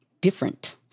different